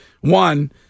One